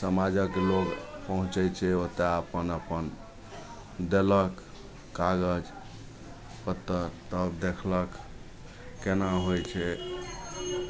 समाजक लोक पहुँचै छै ओतय अपन अपन देलक कागज पत्तर तब देखलक केना होइ छै